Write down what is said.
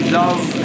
love